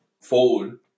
forward